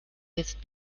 jetzt